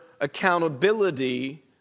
accountability